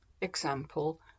Example